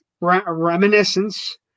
Reminiscence